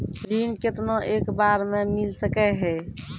ऋण केतना एक बार मैं मिल सके हेय?